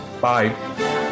Bye